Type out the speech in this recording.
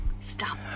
stop